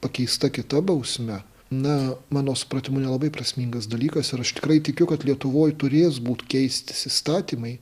pakeista kita bausme na mano supratimu nelabai prasmingas dalykas ir aš tikrai tikiu kad lietuvoj turės būt keistis įstatymai